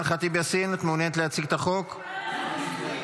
אימאן ח'טיב יאסין וקבוצת חברי הכנסת,